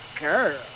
girl